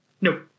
Nope